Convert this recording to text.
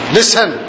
Listen